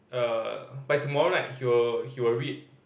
err by tomorrow night he will he will read